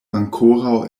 ankoraŭ